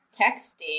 texting